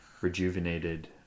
rejuvenated